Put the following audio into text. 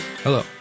Hello